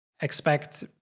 expect